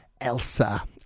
Elsa